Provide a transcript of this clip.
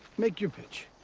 make your pitch.